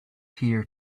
here